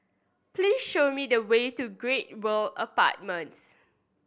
please show me the way to Great World Apartments